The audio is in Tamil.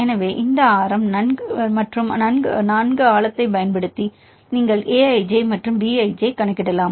எனவே இந்த ஆரம் மற்றும் நன்கு ஆழத்தைப் பயன்படுத்தி நீங்கள் A i j மற்றும் B i j ஐ கணக்கிடலாம்